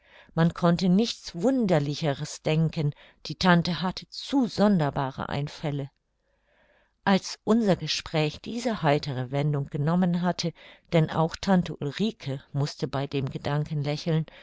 man konnte nichts wunderlicheres denken die tante hatte zu sonderbare einfälle als unser gespräch diese heitere wendung genommen hatte denn auch tante ulrike mußte bei dem gedanken lächeln